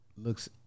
looks